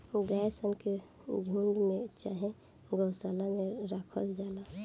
गाय सन के झुण्ड में चाहे गौशाला में राखल जाला